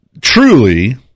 truly